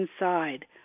inside